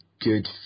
good